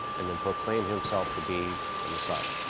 and then proclaim himself to be the messiah.